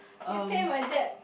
you pay my debt